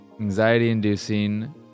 anxiety-inducing